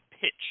pitch